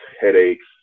headaches